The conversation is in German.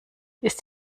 ist